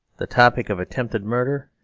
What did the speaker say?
the topic of attempted murder,